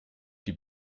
die